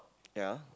ya